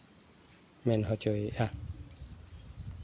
ᱢᱮᱱ ᱦᱚᱪᱚᱭᱮᱫᱼᱟ